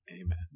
amen